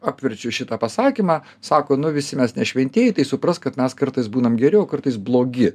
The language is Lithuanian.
apverčiu šitą pasakymą sako nu visi mes ne šventieji tai suprask kad mes kartais būnam geri o kartais blogi